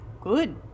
Good